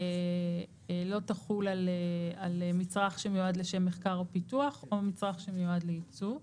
לא תחול על מצרך שמיועד לשם מחקר ופיתוח או מצרך שמיועד לייצוא.